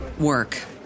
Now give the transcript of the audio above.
work